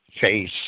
face